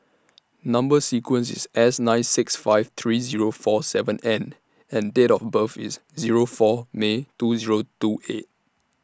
Number sequence IS S nine six five three Zero four seven N and Date of birth IS Zero four May two Zero two eight